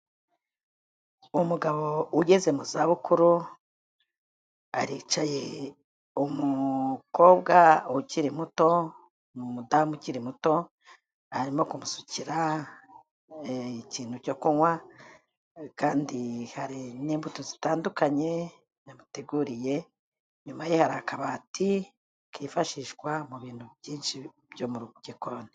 Umugabo ugeze mu zabukuru, aricaye umukobwa ukiri muto ni umudamu ukiri muto, arimo kumusukira ikintu cyo kunywa kandi hari n'imbuto zitandukanye yamuteguriye, inyuma ye hari akabati kifashishwa mu bintu byinshi byo mu gikoni.